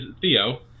Theo